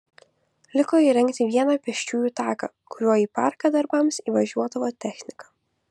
liko įrengti vieną pėsčiųjų taką kuriuo į parką darbams įvažiuodavo technika